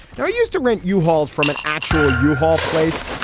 now, i used to rent yeah u-hauls from an actual yeah u-haul place,